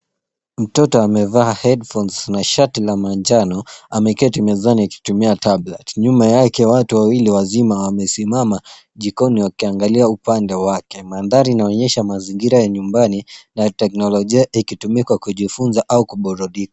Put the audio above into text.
Mtoto amevaa headphones na shati la manjano, ameketi mezani akitumia tablet . Nyuma yake watu wawili wazima wamesimama jikoni wakiangalia upande wake. Mandhari inaonyesha mazingira ya nyumbani na teknolojia ikitumika kujifunza au kuburudika